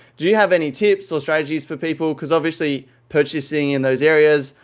do you have any tips or strategies for people? because, obviously, purchasing in those areas,